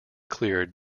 cleared